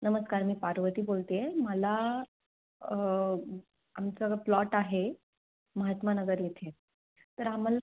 नमस्कार मी पार्वती बोलते आहे मला आमचं प्लॉट आहे महात्मा नगर येथे तर आम्हाला